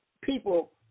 people